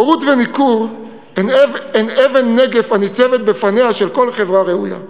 בורות וניכור הן אבן נגף הניצבת בפניה של כל חברה ראויה.